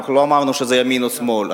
לא אמרנו שזה ימין או שמאל.